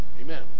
Amen